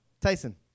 Tyson